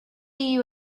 you